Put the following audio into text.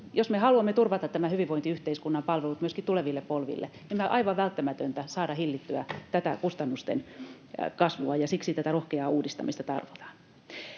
jos me haluamme turvata tämän hyvinvointiyhteiskunnan palvelut myöskin tuleville polville, meidän on aivan välttämätöntä saada hillittyä tätä kustannusten kasvua, ja siksi tätä rohkeaa uudistamista tarvitaan.